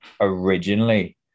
originally